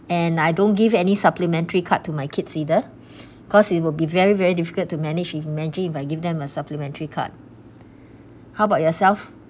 and I don't give any supplementary card to my kids either cause it will be very very difficult to manage if imagine if I give them a supplementary card how about yourself